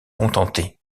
contenter